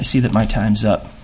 i see that my time's up